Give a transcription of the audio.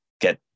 get